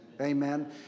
Amen